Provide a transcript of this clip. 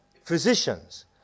physicians